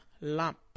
lamp